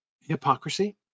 hypocrisy